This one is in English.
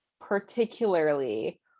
particularly